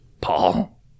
Paul